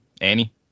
annie